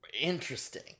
interesting